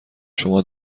شما